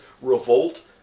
revolt